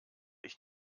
ich